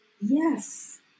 yes